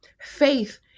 faith